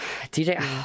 DJ